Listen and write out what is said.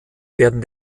werden